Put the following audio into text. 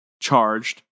charged